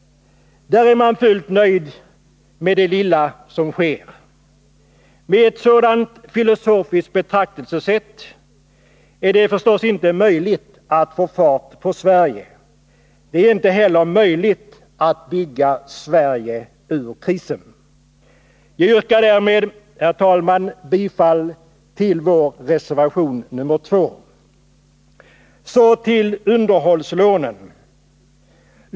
Där är man fullt nöjd med det lilla som sker. Med ett sådant filosofiskt betraktelsesätt är det förstås inte möjligt att få fart på Sverige. Det är inte heller möjligt att bygga Sverige ur krisen. Jag yrkar därmed bifall till reservation nr 2. Så till underhållslånen.